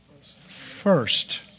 first